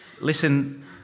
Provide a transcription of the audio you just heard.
listen